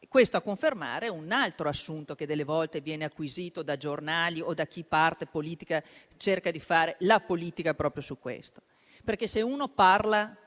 Ciò è a confermare un altro assunto, che a volte viene acquisito da giornali o da chi, parte politica, cerca di fare la politica proprio su questo. Se uno parla